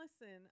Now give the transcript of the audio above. listen